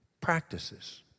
Practices